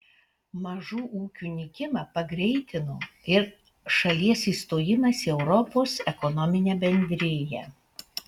mažų ūkių nykimą pagreitino ir šalies įstojimas į europos ekonominę bendriją